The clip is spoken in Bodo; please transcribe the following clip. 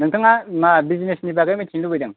नोंथाङा मा बिजनेसनि बागै मिथिनो लुगैदों